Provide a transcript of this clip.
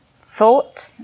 thought